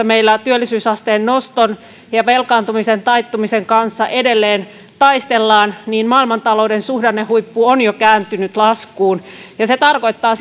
meillä työllisyysasteen noston ja velkaantumisen taittumisen kanssa edelleen taistellaan maailmantalouden suhdannehuippu on jo kääntynyt laskuun se tarkoittaa